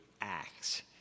Acts